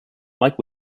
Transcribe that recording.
mike